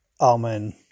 Amen